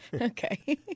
Okay